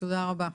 תודה רבה.